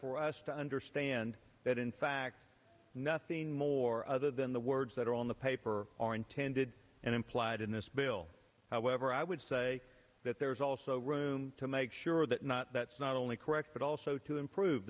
for us to understand that in fact nothing more other than the words that are on the paper are intended and implied in this bill however i would say that there is also room to make sure that not that's not only correct but also to improve